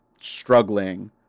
struggling